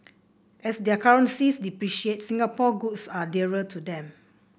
as their currencies depreciate Singapore goods are dearer to them